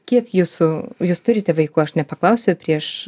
kiek jūsų jūs turite vaikų aš nepaklausiau prieš